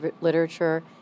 literature